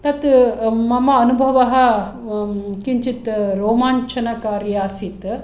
तत् मम अनुभवः किञ्चित् रोमाञ्चनकारी आसीत्